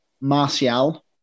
Martial